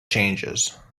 changes